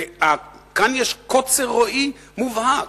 יש כאן קוצר רואי מובהק.